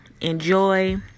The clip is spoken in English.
Enjoy